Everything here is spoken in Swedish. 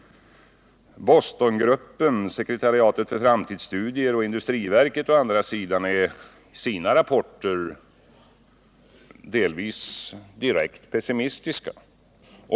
Bostongruppen, sekretariatet för framtidsstudier och industriverket å andra sidan är i sina rapporter delvis direkt pessimistiska.